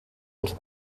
als